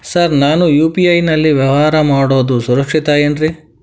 Sir ನಾನು UPI ನಲ್ಲಿ ವ್ಯವಹಾರ ಮಾಡೋದು ಸುರಕ್ಷಿತ ಏನ್ರಿ?